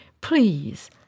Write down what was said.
Please